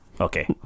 Okay